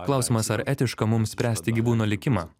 klausimas ar etiška mums spręsti gyvūno likimą